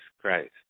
Christ